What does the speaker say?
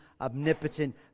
omnipotent